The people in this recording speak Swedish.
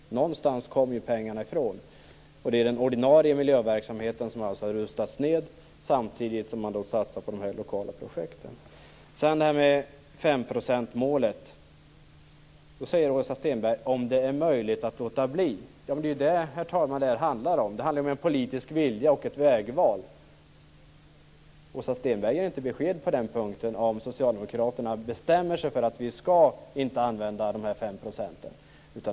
Någonstans ifrån kommer pengarna. Det är den ordinarie miljöverksamheten som har rustats ned, samtidigt som man satsar på de lokala projekten. Åsa Stenberg talar om 5-procentsmålet och undrar om det är möjligt att låta bli. Det är det, herr talman, som det handlar om. Det handlar om politisk vilja och ett vägval. Åsa Stenberg ger inte besked på den punkten. Bestämmer sig socialdemokraterna för att vi inte skall använda de fem procenten?